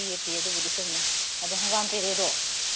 ꯄꯤꯌꯦ ꯄꯤꯌꯦ ꯑꯗꯨꯕꯨꯗꯤ ꯆꯨꯝꯃꯦ ꯑꯗꯣ ꯍꯪꯒꯥꯝ ꯄꯦꯔꯦꯗꯣ